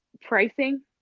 pricing